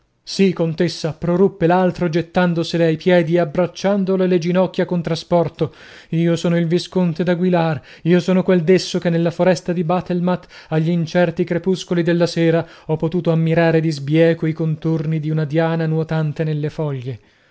sì contessa proruppe l'altro gettandosele ai piedi e abbracciandole le ginocchia con trasporto io sono il visconte daguilar io son quel desso che nella foresta di bathelmatt agli incerti crepuscoli della sera ho potuto ammirare di sbieco i contorni di una diana nuotante nelle foglie